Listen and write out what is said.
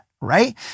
right